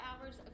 hours